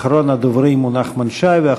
אחרון הדוברים הוא נחמן שי.